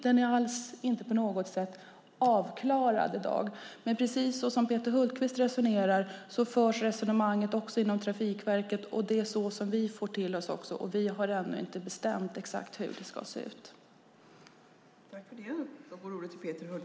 Den är inte alls på något sätt avklarad i dag, men precis som Peter Hultqvist säger förs resonemang också inom Trafikverket, och de resonemangen får vi också ta del av. Vi har ännu inte bestämt exakt hur detta ska se ut.